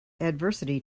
adversity